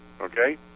Okay